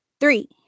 three